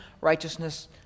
righteousness